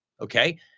Okay